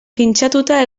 pintxatuta